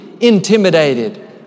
intimidated